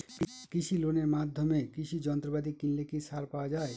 কৃষি লোনের মাধ্যমে কৃষি যন্ত্রপাতি কিনলে কি ছাড় পাওয়া যায়?